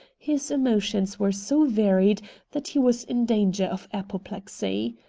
his emotions were so varied that he was in danger of apoplexy.